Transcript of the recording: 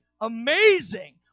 amazing